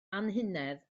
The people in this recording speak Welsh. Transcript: anhunedd